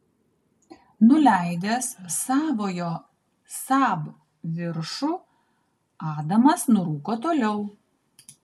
nuleidęs savojo saab viršų adamas nurūko toliau